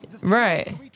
right